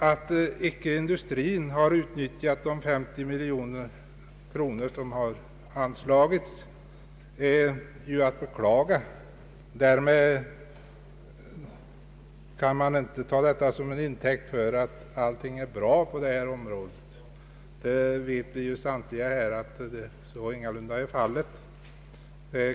Att industrin icke har utnyttjat de 50 miljoner kronor som har anslagits är att beklaga. Men man kan inte ta detta som intäkt för att allting är bra på detta område. Vi vet samtliga att så ingalunda är fallet.